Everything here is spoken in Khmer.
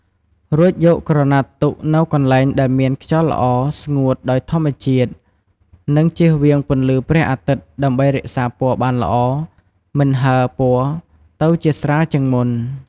រួចយកក្រណាត់ទុកនៅកន្លែងដែលមានខ្យល់ល្អ ស្ងួតដោយធម្មជាតិ និងជៀសវាងពន្លឺព្រះអាទិត្យ ដើម្បីរក្សាពណ៌បានល្អ មិនហើរពណ៌ទៅជាស្រាលជាងមុន។